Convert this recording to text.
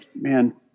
man